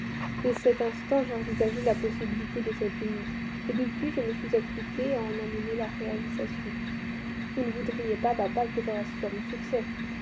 dès cet instant j'ai envisagé la possibilité de cette union et depuis je me suis appliquée à en amener la réalisation vous ne voudriez pas papa que je reste sur mon succès